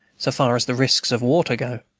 so far as the risks of water go.